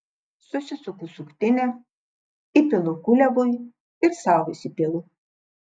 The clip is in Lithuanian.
susisuku suktinę įpilu kuliavui ir sau įsipilu